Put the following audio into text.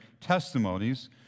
testimonies